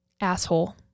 asshole